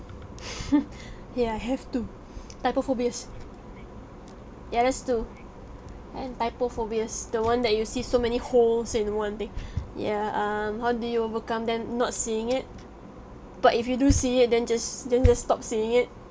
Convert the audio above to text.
ya have to trypophobias ya that's two and trypophobias the one that you see so many holes in one thing ya um how do you overcome them not seeing it but if you do see it then just then just stop seeing it